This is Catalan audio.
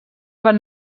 van